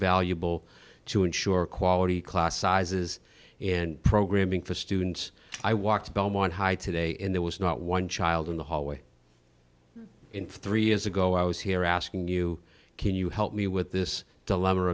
valuable to ensure quality class sizes and programming for students i walked to belmont high today and there was not one child in the hallway in three years ago i was here asking you can you help me with this